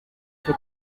cya